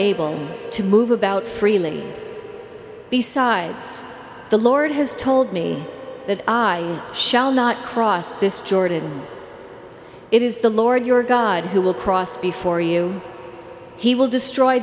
able to move about freely besides the lord has told me that i shall not cross this jordan it is the lord your god who will cross before you he will destroy